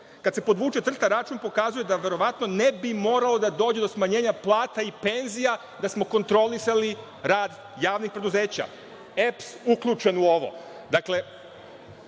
Kada se podvuče crta račun pokazuje da verovatno ne bi moralo da dođe do smanjenja plata i penzija da smo kontrolisali rad javnih preduzeća, EPS uključen u